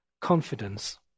confidence